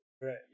right